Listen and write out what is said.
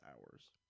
hours